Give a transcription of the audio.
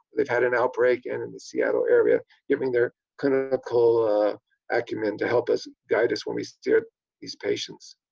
they've had an outbreak and in the seattle area, giving their clinical acumen to help us, guide us, when we steer these patients.